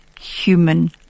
human